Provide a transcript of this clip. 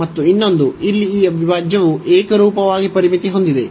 ಮತ್ತು ಇನ್ನೊಂದು ಇಲ್ಲಿ ಈ ಅವಿಭಾಜ್ಯವು ಏಕರೂಪವಾಗಿ ಪರಿಮಿತಿ ಹೊಂದಿದೆ